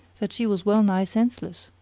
that she was well nigh senseless.